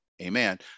Amen